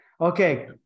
Okay